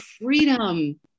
freedom